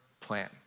plan